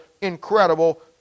incredible